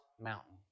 mountain